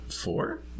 Four